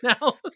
now